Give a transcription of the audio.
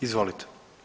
Izvolite.